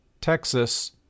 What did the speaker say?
Texas